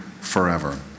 forever